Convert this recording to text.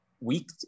week